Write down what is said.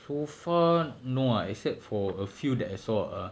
so far no uh except for a few that I saw err